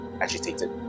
agitated